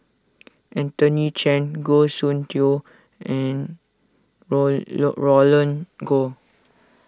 Anthony Chen Goh Soon Tioe and Roland Goh